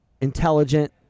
intelligent